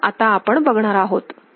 त्या आपण आता बघणार आहोत